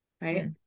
right